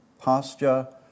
pasture